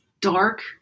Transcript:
dark